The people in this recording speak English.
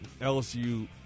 LSU